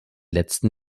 letzten